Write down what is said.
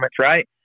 right